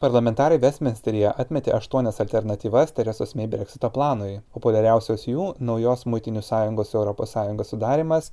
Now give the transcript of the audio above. parlamentarai vestminsteryje atmetė aštuonias alternatyvas teresos mei breksito planui populiariausios jų naujos muitinių sąjungos su europos sąjunga sudarymas